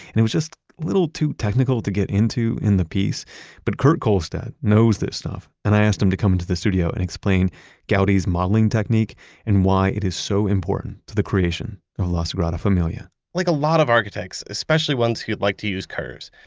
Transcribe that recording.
it was just a little too technical to get into in the piece but kurt kohlstedt knows this stuff, and i asked him to come into the studio and explain gaudi's modeling technique and why it is so important to the creation of la sagrada familia like a lot of architects, especially ones who like to use curves,